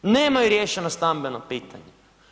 Nemaju riješeno stambeno pitanje.